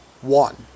One